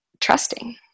trusting